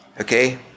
Okay